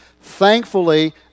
Thankfully